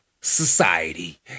society